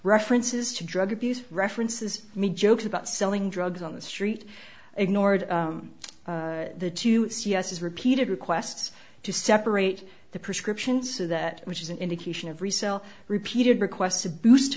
references to drug abuse references me joked about selling drugs on the street ignored the two it's yes his repeated requests to separate the prescription so that which is an indication of resell repeated requests to boost